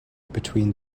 between